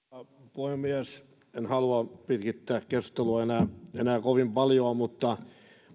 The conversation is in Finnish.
puhemies en halua pitkittää keskustelua enää enää kovin paljoa mutta